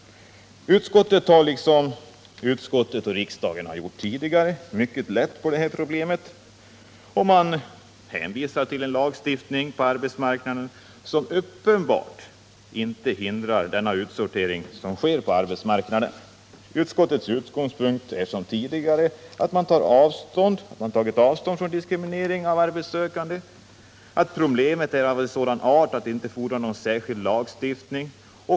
Utskottet tar, som utskottet och riksdagen har gjort tidigare, mycket lätt på detta problem. Man hänvisar till en lagstiftning som uppenbart inte hindrar den utsortering som sker på arbetsmarknaden. Utskottets inställning är, som tidigare, att man tar avstånd från diskriminering av arbetssökande, att problemet inte är av sådan art att det fordrar någon lagstiftning.